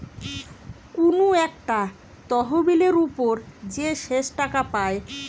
কুনু একটা তহবিলের উপর যে শেষ টাকা পায়